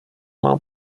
vám